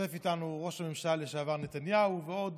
השתתפו איתנו ראש הממשלה לשעבר נתניהו ועוד